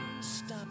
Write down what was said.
Stop